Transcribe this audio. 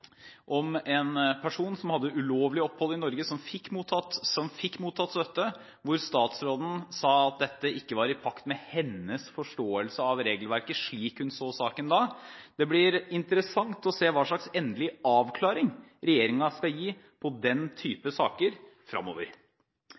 om en person som hadde ulovlig opphold i Norge og som fikk motta støtte, hvor statsråden sa at dette ikke var i pakt med hennes forståelse av regelverket slik hun så saken da. Det blir interessant å se hvilken endelig avklaring regjeringen vil gi for den